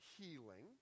healing